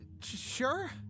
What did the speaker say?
sure